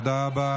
תודה רבה